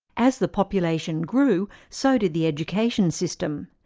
as the population grew, so did the education system.